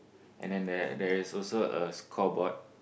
and then there there is also a scoreboard